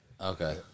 Okay